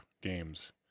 games